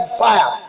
fire